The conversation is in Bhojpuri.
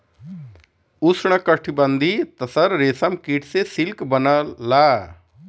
उष्णकटिबंधीय तसर रेशम कीट से सिल्क बनला